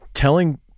Telling